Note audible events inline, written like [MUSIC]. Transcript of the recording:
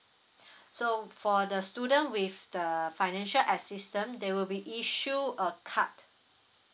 [BREATH] so for the student with the financial assistance they will be issued a card